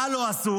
מה לא עשו?